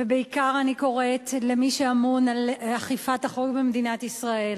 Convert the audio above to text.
ובעיקר אני קוראת למי שאמון על אכיפת החוק במדינת ישראל